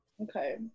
Okay